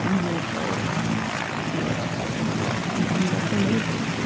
meaningful beings in the world. and and that's amazing.